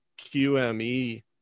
QME